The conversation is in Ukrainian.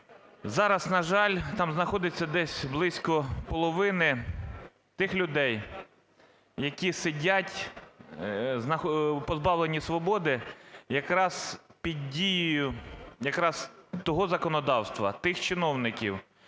зараз, на жаль, там знаходиться десь близько половини тих людей, які сидять, позбавлені свободи якраз під дією якраз того законодавства, тих чиновників,